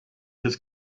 his